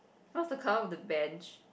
what's the colour of the bench